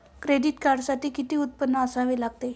Credit कार्डसाठी किती उत्पन्न असावे लागते?